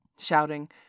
shouting